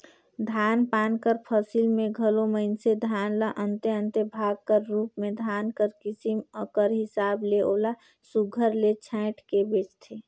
धान पान कर फसिल में घलो मइनसे धान ल अन्ते अन्ते भाग कर रूप में धान कर किसिम कर हिसाब ले ओला सुग्घर ले छांएट के बेंचथें